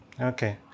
Okay